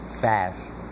fast